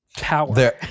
power